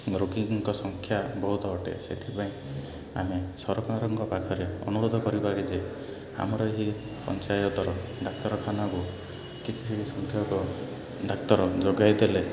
ରୋଗୀଙ୍କ ସଂଖ୍ୟା ବହୁତ ଅଟେ ସେଥିପାଇଁ ଆମେ ସରକାରଙ୍କ ପାଖରେ ଅନୁରୋଧ କରିବା ଯେ ଆମର ଏହି ପଞ୍ଚାୟତର ଡାକ୍ତରଖାନାକୁ କିଛି ସଂଖ୍ୟକ ଡାକ୍ତର ଯୋଗାଇ ଦେଲେ